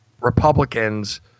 Republicans